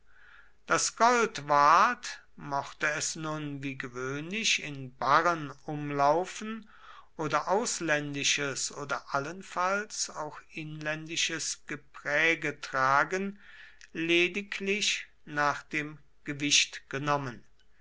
das gold ward mochte es nun wie gewöhnlich in barren umlaufen oder ausländisches oder allenfalls auch inländisches gepräge tragen lediglich nach dem gewicht genommen